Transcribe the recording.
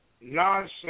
nonsense